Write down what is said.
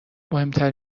مهمتر